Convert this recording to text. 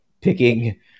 picking